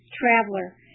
traveler